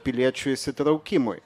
piliečių įsitraukimui